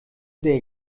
der